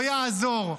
לא יעזור.